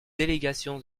délégation